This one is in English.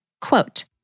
Quote